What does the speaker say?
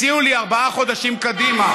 הציעו לי ארבעה חודשים קדימה,